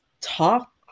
talk